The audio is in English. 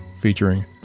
featuring